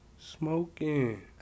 smoking